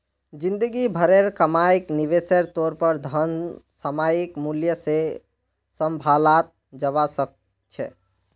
जिंदगी भरेर कमाईक निवेशेर तौर पर धन सामयिक मूल्य से सम्भालाल जवा सक छे